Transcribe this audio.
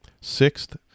sixth